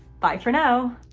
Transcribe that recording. bye for now!